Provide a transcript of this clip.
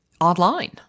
online